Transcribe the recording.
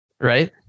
Right